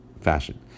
fashion